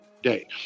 Day